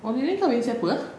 wong lim beng kahwin siapa ah